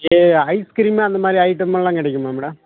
இது ஐஸ்க்ரீமு அந்த மாதிரி ஐட்டமெல்லாம் கிடைக்குமா மேடம்